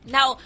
Now